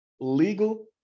Legal